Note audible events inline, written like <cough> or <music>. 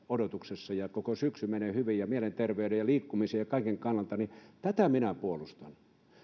<unintelligible> odotuksessa ja koko syksy menee hyvin ja mielenterveyden ja liikkumisen ja kaiken kannalta tätä minä puolustan